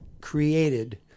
created